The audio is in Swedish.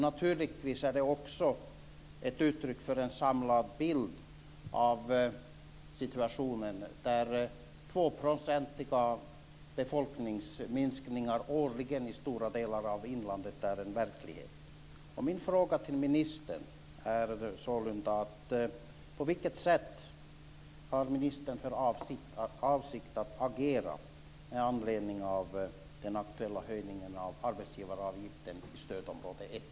Naturligtvis är det också ett uttryck för en samlad bild av situationen, där 2-procentiga befolkningsminskningar årligen i stora delar av inlandet är en verklighet. Min fråga till ministern är sålunda: På vilket sätt har ministern för avsikt att agera med anledning av den aktuella höjningen av arbetsgivaravgiften i stödområde 1?